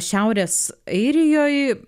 šiaurės airijoj